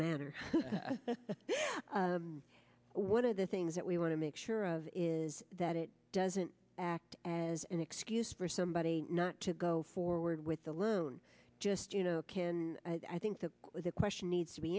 matter one of the things that we want to make sure of is that it doesn't act as an excuse for somebody not to go forward with the loon just you know can i think the question needs to be